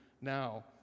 now